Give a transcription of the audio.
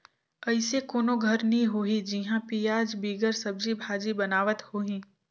अइसे कोनो घर नी होही जिहां पियाज बिगर सब्जी भाजी बनावत होहीं